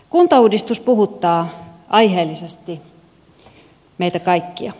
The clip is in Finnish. kuntauudistus puhuttaa aiheellisesti meitä kaikkia